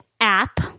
app